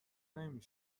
نمی